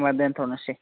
होम्बा दोनथ'नोसै